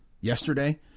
yesterday